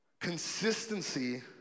Consistency